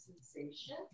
sensation